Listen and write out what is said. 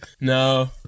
No